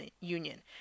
union